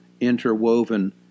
interwoven